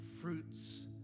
fruits